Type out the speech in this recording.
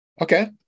Okay